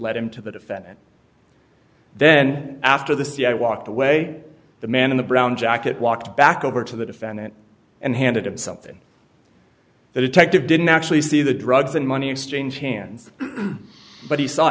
led him to the defendant then after the cia walked away the man in the brown jacket walked back over to the defendant and handed him something the detective didn't actually see the drugs and money exchanged hands but he saw